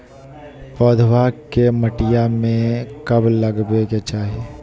पौधवा के मटिया में कब लगाबे के चाही?